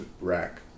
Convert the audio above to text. rack